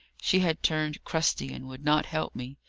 she had turned crusty, and would not help me.